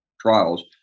trials